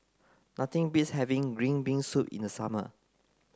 nothing beats having green bean soup in the summer